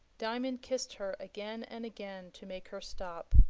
diamond kissed her again and again to make her stop.